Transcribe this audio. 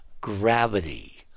gravity